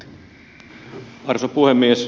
arvoisa puhemies